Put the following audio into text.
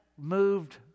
Moved